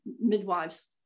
midwives